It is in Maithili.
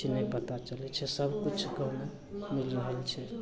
अथी नहि पता चलै छै सबकिछु गाममे मिलि रहल छै